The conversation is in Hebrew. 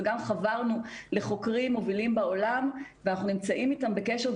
וגם חברנו לחוקרים מובילים בעולם ואנחנו נמצאים איתם בקשר.